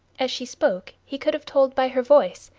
as she spoke he could have told by her voice,